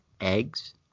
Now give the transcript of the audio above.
eggs